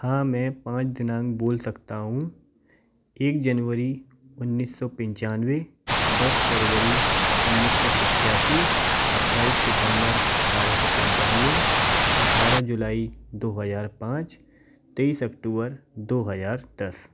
हाँ में पाँच दिनांक बोल सकता हूँ एक जेनवरी उन्नीस सौ पचानवे दस फरबरी उन्नीस सौ पचासी अट्ठाईस सितंबर अट्ठारह सौ पनचानवे अट्ठारह जुलाई दो हज़ार पाँच तेईस अक्टूबर दो हज़ार दस